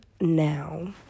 now